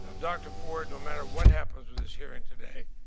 dr. ford, no matter what happens with this hearing today,